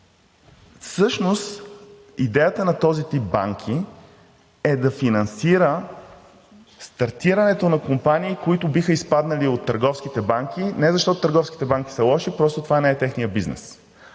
Всъщност идеята на този тип банки е да финансира стартирането на компании, които биха изпаднали от търговските банки не защото търговските банки са лоши – просто това не е техният бизнес.